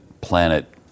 planet